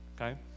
okay